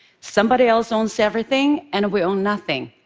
somebody else owns everything, and we own nothing.